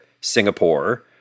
Singapore